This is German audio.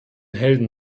helden